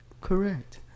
correct